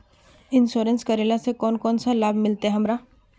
Insurance करेला से कोन कोन सा लाभ मिलते हमरा?